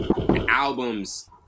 albums